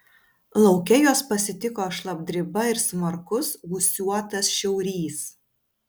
lauke juos pasitiko šlapdriba ir smarkus gūsiuotas šiaurys